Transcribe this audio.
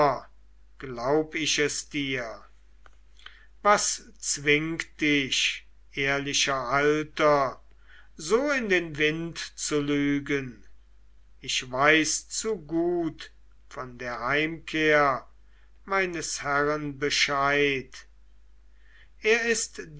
glaub ich es dir was zwingt dich ehrlicher alter so in den wind zu lügen ich weiß zu gut von der heimkehr meines herren bescheid er ist